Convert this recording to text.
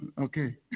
Okay